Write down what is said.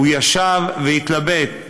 הוא ישב והתלבט.